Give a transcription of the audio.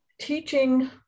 teaching